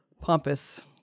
pompous